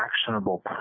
actionable